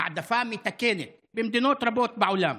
העדפה מתקנת, במדינות רבות בעולם.